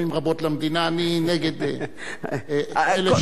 אני נגד אלה שעוזרים לנו,